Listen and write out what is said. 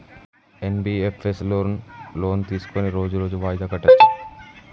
NBFS లో loan తీస్కొని రోజు రోజు వాయిదా కట్టచ్ఛా?